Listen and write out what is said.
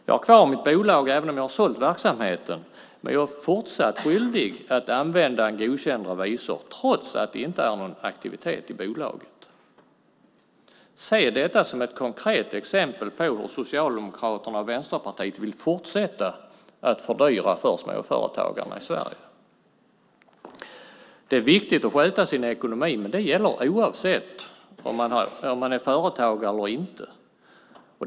Jag har kvar mitt bolag, även om jag har sålt verksamheten, och jag är fortsatt skyldig att använda en godkänd revisor, trots att det inte är någon aktivitet i bolaget. Se detta som ett konkret exempel på hur Socialdemokraterna och Vänsterpartiet vill fortsätta att fördyra för småföretagarna i Sverige. Det är viktigt att sköta sin ekonomi, men det gäller oavsett om man är företagare eller inte.